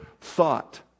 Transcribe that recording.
thought